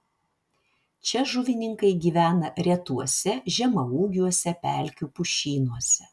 čia žuvininkai gyvena retuose žemaūgiuose pelkių pušynuose